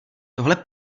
tohle